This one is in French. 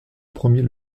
premier